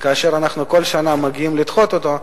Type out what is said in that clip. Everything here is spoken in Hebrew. כאשר אנחנו כל שנה מגיעים לדחות אותו,